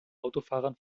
autofahrern